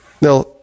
Now